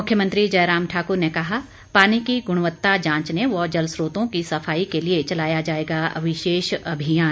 मुख्यमंत्री जयराम ठाकुर ने कहा पानी की गुणवत्ता जांचने व जल स्रोतों की सफाई के लिए चलाया जाएगा विशेष अभियान